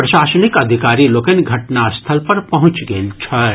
प्रशासनिक अधिकारी लोकनि घटना स्थल पर पहुंचि गेल छथि